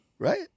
Right